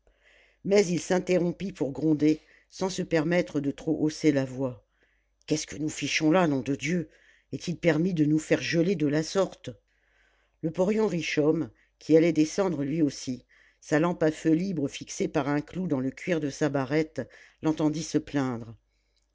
mais il s'interrompit pour gronder sans se permettre de trop hausser la voix qu'est-ce que nous fichons là nom de dieu est-il permis de nous faire geler de la sorte le porion richomme qui allait descendre lui aussi sa lampe à feu libre fixée par un clou dans le cuir de sa barrette l'entendit se plaindre